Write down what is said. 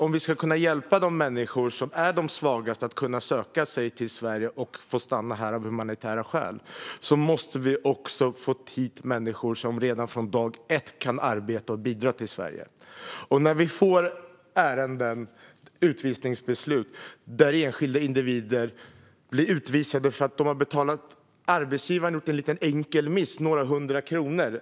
Om vi ska kunna hjälpa de människor som är de svagaste att söka sig till Sverige och få stanna här av humanitära skäl måste vi också få hit människor som redan från dag ett kan arbeta och bidra i Sverige. Enskilda individer kan få utvisningsbeslut därför att arbetsgivaren har gjort en liten enkel miss, några hundra kronor.